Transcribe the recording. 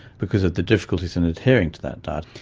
because of the difficulties in adhering to that diet.